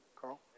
Carl